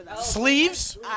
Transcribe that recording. Sleeves